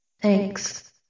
Thanks